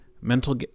mental